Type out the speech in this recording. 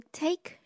take